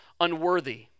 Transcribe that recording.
unworthy